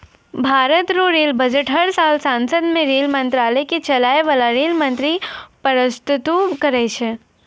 भारत रो rail budget हर साल सांसद मे रेल मंत्रालय के चलाय बाला रेल मंत्री परस्तुत करै छै